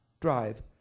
drive